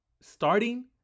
starting